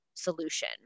solution